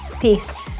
Peace